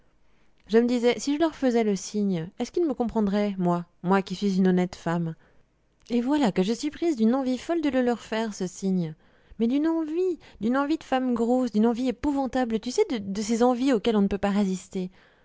je me disais si je leur faisais le signe est-ce qu'ils me comprendraient moi moi qui suis une honnête femme et voilà que je suis prise d'une envie folle de le leur faire ce signe mais d'une envie d'une envie de femme grosse d'une envie épouvantable tu sais de ces envies auxquelles on ne peut pas résister